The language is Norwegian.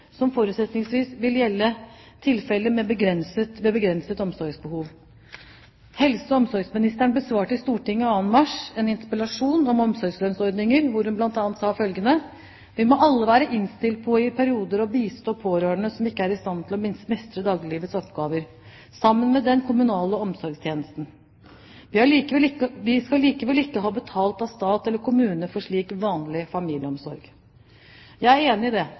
som forutsetningsvis vil gjelde tilfeller med begrenset omsorgsbehov. Helse- og omsorgsministeren besvarte i Stortinget 2. mars en interpellasjon om omsorgslønnsordningen, hvor hun bl.a. sa at vi må «alle være innstilt på i perioder å bistå pårørende som ikke er i stand til å mestre dagliglivets oppgaver – sammen med den kommunale omsorgstjenesten. Vi skal likevel ikke ha betalt av stat eller kommune for slik vanlig familieomsorg». Jeg er enig i det.